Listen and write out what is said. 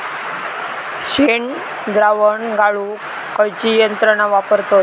शेणद्रावण गाळूक खयची यंत्रणा वापरतत?